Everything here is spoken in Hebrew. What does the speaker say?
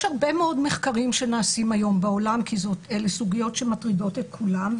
יש הרבה מאוד מחקרים שנעשים היום בעולם כי אלה סוגיות שמטרידות את כולם,